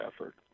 effort